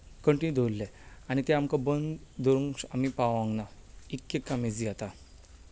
continue दवरलें आनी तें आतां आमी बंद दवरूंक पावूंकना इतलें काम इझी जाता